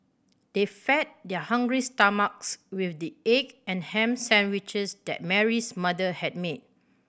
they fed their hungry stomachs with the egg and ham sandwiches that Mary's mother had made